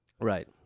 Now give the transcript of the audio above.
Right